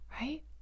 right